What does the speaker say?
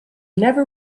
never